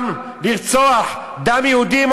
גם לרצוח, דם יהודי.